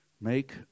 make